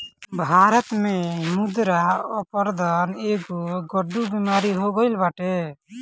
भारत में मृदा अपरदन एगो गढ़ु बेमारी हो गईल बाटे